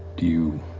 do you